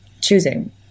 choosing